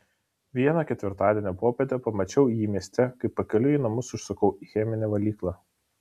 vieną ketvirtadienio popietę pamačiau jį mieste kai pakeliui į namus užsukau į cheminę valyklą